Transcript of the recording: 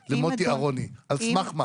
פרסונלי למוטי אהרוני, על סמך מה?